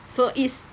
so it's